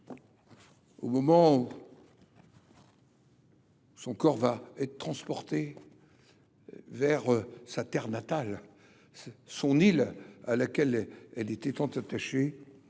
Au moment où son corps va être acheminé vers sa terre natale, vers son île à laquelle elle était tant attachée,